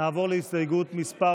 נעבור להסתייגות מס'